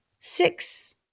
Six